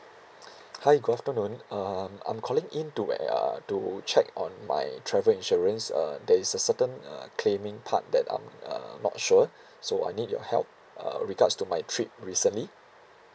hi good afternoon um I'm calling in to uh to check on my travel insurance uh there is a certain uh claiming part that I'm uh not sure so I need your help uh regards to my trip recently